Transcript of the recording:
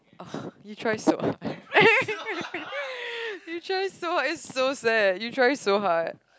you try so hard you try so hard it's so sad you try so hard